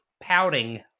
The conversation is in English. pouting